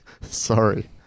Sorry